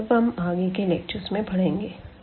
यह सब हम आगे के लेक्चर्स में पड़ेंगे